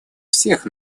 всех